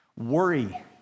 Worry